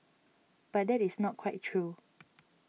but that is not quite true